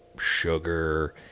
sugar